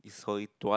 it's holy twat